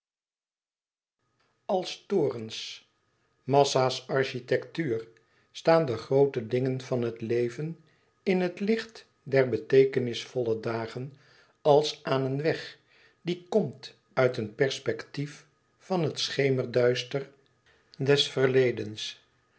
als torens massa's architectuur staan de groote dingen van het leven in het licht der beteekenisvolle dagen als aan een weg die komt uit een perspectief van het schemerduister des verledens